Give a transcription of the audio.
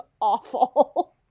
awful